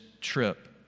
trip